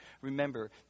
Remember